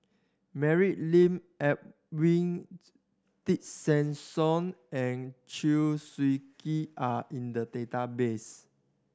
Mary Lim Edwin Tessensohn and Chew Swee Kee are in the database